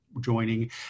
joining